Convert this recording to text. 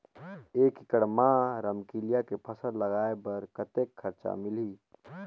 एक एकड़ मा रमकेलिया के फसल लगाय बार कतेक कर्जा मिलही?